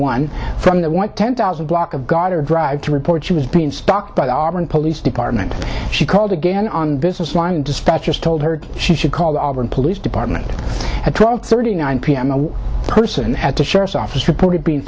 one from the white ten thousand block of goddard drive to report she was being stalked by the auburn police department she called again on business line dispatchers told her she should call the auburn police department at twelve thirty nine pm a person at the sheriff's office reported be